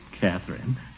Catherine